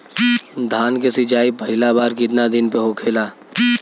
धान के सिचाई पहिला बार कितना दिन पे होखेला?